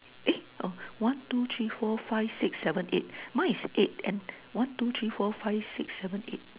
eh uh one two three four five six seven eight mine is eight and one two three four five six seven eight